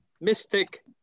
mystic